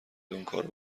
اونکارو